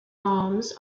arms